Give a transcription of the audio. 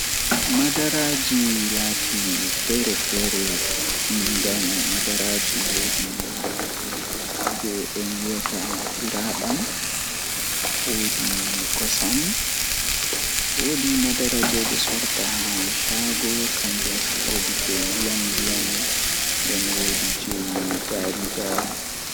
E nder koppe, ko ɓuri loowdi ɗe joɓi: meloore loowdi, meloore koode, meloore kede, ko meloore loowdi fowru keke e loowdi keke, waɗi teddungal. ɓe njiɗo nder ngal keeri ko o ndiyam: ɓe loowdi mooƴƴi moƴƴi ndiyannde, meloore kede harlawdi heewoy, ko meloore ɓeŋƴe ndiyannde fowru keke